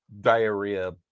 diarrhea